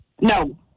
No